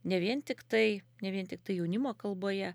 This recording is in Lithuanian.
ne vien tiktai ne vien tiktai jaunimo kalboje